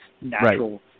natural